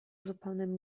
zupełnym